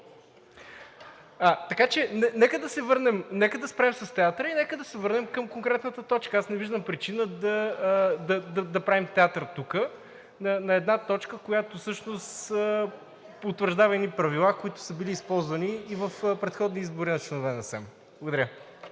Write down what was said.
О, боже! НИКОЛАЙ АНГОВ: Нека да спрем с театъра и нека да се върнем към конкретната точка. Аз не виждам причина да правим театър тук. На една точка, която всъщност потвърждава едни правила, които са били използвани и в предходни избори на членове